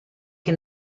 che